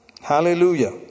Hallelujah